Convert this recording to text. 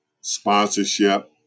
sponsorship